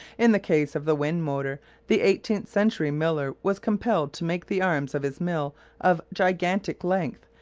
in the case of the wind-motor the eighteenth century miller was compelled to make the arms of his mill of gigantic length,